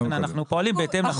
לכן אנחנו פועלים בהתאם לזה.